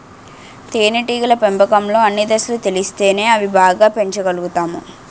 తేనేటీగల పెంపకంలో అన్ని దశలు తెలిస్తేనే అవి బాగా పెంచగలుతాము